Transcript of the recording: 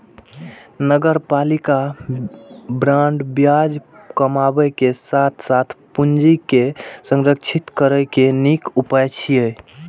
नगरपालिका बांड ब्याज कमाबै के साथ साथ पूंजी के संरक्षित करै के नीक उपाय छियै